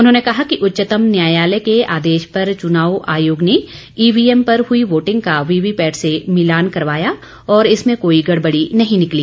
उन्होंने कहा कि उच्चतम न्यायालय के आदेश पर चुनाव आयोग ने ईवीएम पर हुई वोटिंग का वीवीपैट से मिलान करवाया और इसमें कोई गड़बड़ी नहीं निकली है